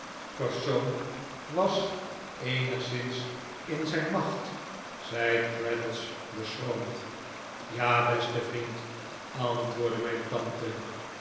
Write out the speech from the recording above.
persoon was eenigszins in zijn macht zei traddles beschroomd ja beste vriend antwoordde mijn tante